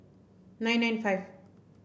nine nine five